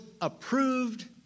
approved